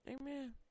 Amen